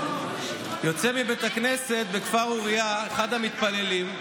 יוצא מבית הכנסת בכפר אוריה אחד המתפללים.